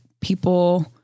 people